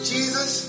Jesus